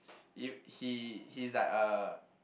if he he is like a